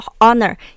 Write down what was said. honor